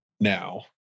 now